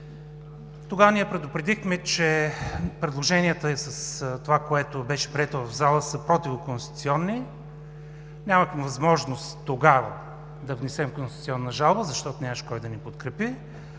Тогава ние предупредихме, че предложенията и с това, което беше прието в залата, са противоконституционни. Нямахме възможност тогава да внесем конституционна жалба, защото нямаше кой да ни подкрепи,